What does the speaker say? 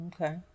Okay